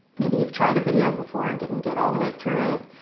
maybe you've tried a video before, and didn't get all the way through it,